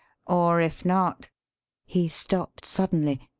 or if not he stopped suddenly,